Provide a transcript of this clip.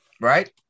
Right